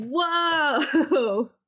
whoa